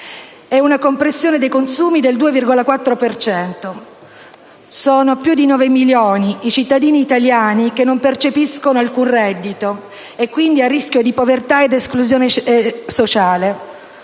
e una compressione dei consumi del 2,4 per cento. Sono più di 9 milioni i cittadini italiani che non percepiscono alcun reddito e quindi a rischio di povertà ed esclusione sociale.